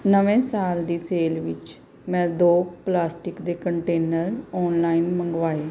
ਨਵੇਂ ਸਾਲ ਦੀ ਸੇਲ ਵਿੱਚ ਮੈਂ ਦੋ ਪਲਾਸਟਿਕ ਦੇ ਕੰਟੇਨਰ ਔਨਲਾਈਨ ਮੰਗਵਾਏ